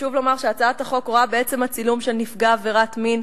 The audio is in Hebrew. חשוב לומר שהצעת החוק רואה בעצם הצילום של נפגע עבירת מין,